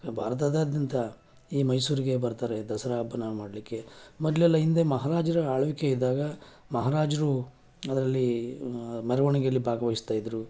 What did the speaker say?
ಭಾರತದಾದ್ಯಂತ ಈ ಮೈಸೂರಿಗೆ ಬರ್ತಾರೆ ದಸರಾ ಹಬ್ಬ ಮಾಡಲಿಕ್ಕೆ ಮೊದಲೆಲ್ಲಾ ಹಿಂದೆ ಮಹಾರಾಜರ ಆಳ್ವಿಕೆ ಇದ್ದಾಗ ಮಹಾರಾಜರು ಅದರಲ್ಲಿ ಮೆರವಣಿಗೆಯಲ್ಲಿ ಭಾಗವಹಿಸ್ತಾ ಇದ್ದರು